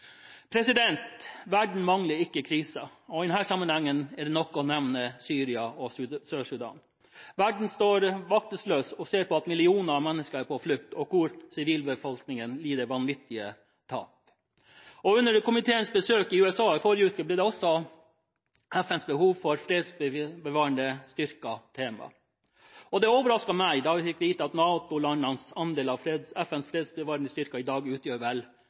Verden mangler ikke kriser, og i denne sammenhengen er det nok å nevne Syria og Sør-Sudan. Verden står maktesløs og ser på at millioner av mennesker er på flukt, og at sivilbefolkningen lider vanvittige tap. Under komiteens besøk i USA i forrige uke ble FNs behov for fredsbevarende styrker tema. Det overrasket meg da vi fikk vite at NATO-landenes andel av FNs fredsbevarende styrker i dag utgjør vel